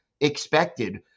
expected